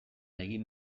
egin